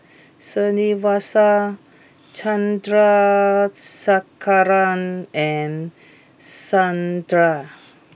Srinivasa Chandrasekaran and Santha